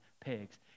pigs